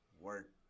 work